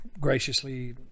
graciously